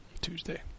Tuesday